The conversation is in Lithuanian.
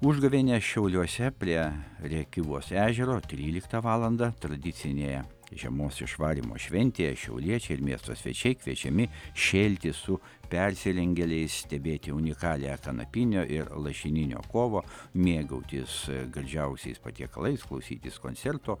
užgavėnės šiauliuose prie rėkyvos ežero tryliktą valandą tradicinėje žiemos išvarymo šventėje šiauliečiai ir miesto svečiai kviečiami šėlti su persirengėliais stebėti unikalią kanapinio ir lašininio kovą mėgautis gardžiausiais patiekalais klausytis koncerto